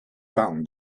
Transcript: found